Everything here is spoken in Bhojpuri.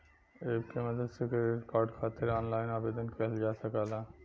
एप के मदद से क्रेडिट कार्ड खातिर ऑनलाइन आवेदन किहल जा सकला